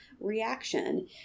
reaction